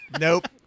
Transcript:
Nope